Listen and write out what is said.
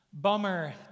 Bummer